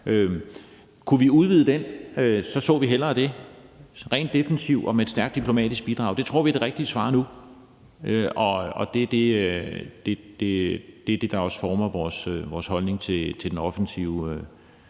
kunne vi udvide den rent defensivt og med et stærkt diplomatisk bidrag, så så vi hellere det. Det tror vi er det rigtige svar nu, og det er det, der også former vores holdning til den offensive